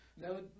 No